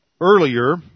earlier